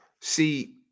See